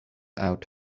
out